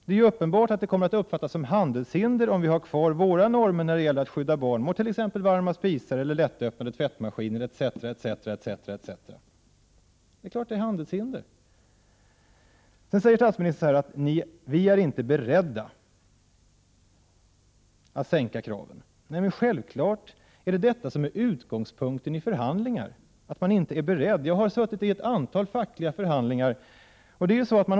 Det är uppenbart att det kommer att uppfattas som handelshinder om vi har kvar våra normer när det gäller att skydda barn mot varma spisar, lättöppnade tvättmaskiner etc., etc. Det är klart att det är handelshinder. Statsministern säger vidare att regeringen inte är beredd att sänka kraven. Självfallet är det detta som är utgångspunkten i förhandlingar, dvs. att man inte är beredd att sänka kraven. Jag har suttit i ett antal fackliga förhandlingar.